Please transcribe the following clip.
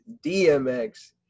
DMX